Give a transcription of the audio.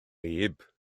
wlyb